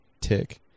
tick